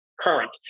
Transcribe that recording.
current